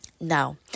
Now